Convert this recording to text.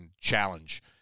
challenge